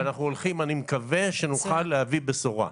אני מקווה שנוכל להביא בשורה.